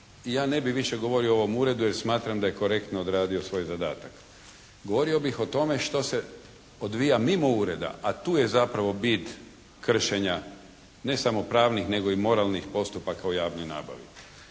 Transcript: Ja ne bi više govorio o ovom uredu jer smatram da je korektno odradio svoj zadatak. Govorio bih o tome što se odvija mimo ureda, a tu je zapravo bit kršenja ne samo pranih nego i moralnih postupaka u javnoj nabavi.